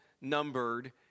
numbered